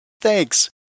Thanks